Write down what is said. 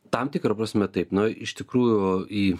tam tikra prasme taip nu iš tikrųjų į